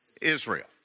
Israel